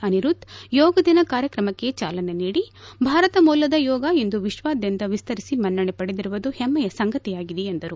ಅನಿರುದ್ದ್ ಯೋಗ ದಿನ ಕಾರ್ಯತ್ರಮಕ್ಕೆ ಚಾಲನೆ ನೀಡಿ ಭಾರತ ಮೂಲದ ಯೋಗ ಇಂದು ವಿಶ್ವಾದ್ಯಂತ ವಿಸ್ತರಿಸಿ ಮನ್ನಣೆ ಪಡೆದಿರುವುದು ಹೆಮ್ಮೆಯ ಸಂಗತಿಯಾಗಿದೆ ಎಂದರು